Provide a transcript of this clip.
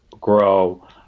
grow